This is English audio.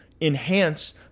enhance